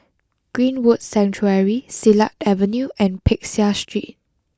Greenwood Sanctuary Silat Avenue and Peck Seah Street